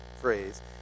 phrase